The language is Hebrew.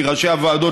כי ראשי הוועדות,